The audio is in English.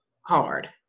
hard